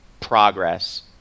progress